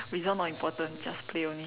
result not important just play only